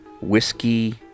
whiskey